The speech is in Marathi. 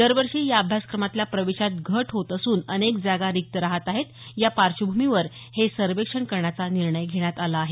दरवर्षी या अभ्यासक्रमातल्या प्रवेशात घट होत असून अनेक जागा रिक्त रहात आहेत या पार्श्वभूमीवर हे सर्वेक्षण करण्याचा निर्णय घेण्यात आला आहे